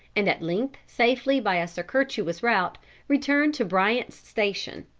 and at length safely by a circuitous route returned to bryant's station.